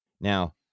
now